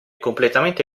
completamente